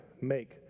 make